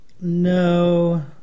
No